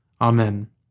Amen